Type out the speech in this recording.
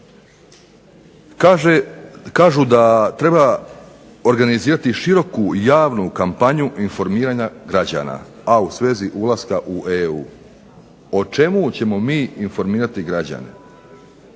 Kažu da treba organizirati široku javnu kampanju informiranja građana, a u svezi ulaska u EU. O čemu ćemo mi informirati građane?